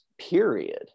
Period